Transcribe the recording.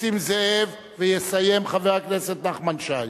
נסים זאב, ויסיים חבר הכנסת נחמן שי.